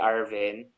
Arvin